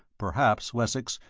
perhaps, wessex,